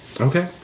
Okay